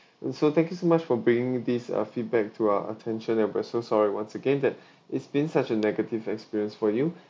and so thank you so much for bringing this uh feedback to our attention and we're so sorry once again that it's been such a negative experience for you